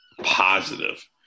positive